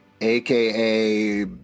AKA